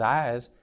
eyes